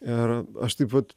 ir aš taip vat